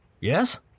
Yes